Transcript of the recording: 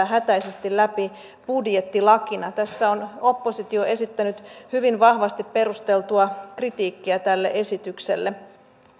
hätäisesti läpi budjettilakina tässä on oppositio esittänyt hyvin vahvasti perusteltua kritiikkiä tälle esitykselle